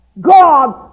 God